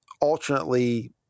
alternately